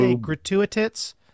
gratuitous